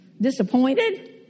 disappointed